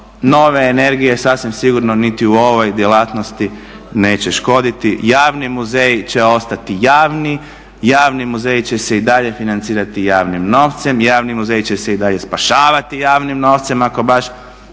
nove energije sasvim sigurno niti u ovoj djelatnosti neće škoditi. Javni muzeji će ostati javni, javni muzeji će se i dalje financirati javnim novcem, javni muzeji će se i dalje spašavati javnim novcem ako baš